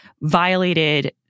violated